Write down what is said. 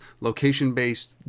location-based